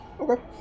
Okay